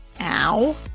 ow